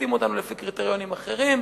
שופטים אותנו לפי קריטריונים אחרים.